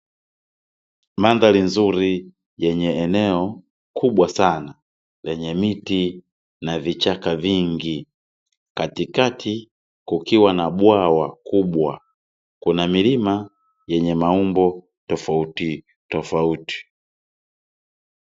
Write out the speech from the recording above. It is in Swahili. Mandhari nzuri yenye eneo kubwa sana lenye miti na vichaka vingi, katikati kukiwa na bwawa kubwa. Kuna milima yenye maumbo tofauti tofauti.